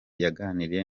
yaganiriye